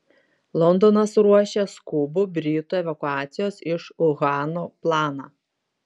londonas ruošia skubų britų evakuacijos iš uhano planą